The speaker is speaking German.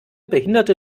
behinderte